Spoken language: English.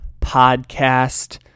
podcast